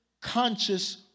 conscious